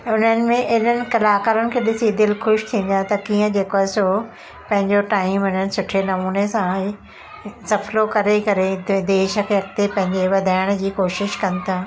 उन्हनि में एॾनि कलाकारनि खे ॾिसी दिलि ख़ुशि थींदो आहे त कीअं जेको आहे सो पंहिंजो टाइम हिन सुठे नमूने सां सफिलो करे करे देश खे अॻिते पंहिंजे वधाइण जी कोशिश कनि था